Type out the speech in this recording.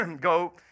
go